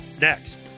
next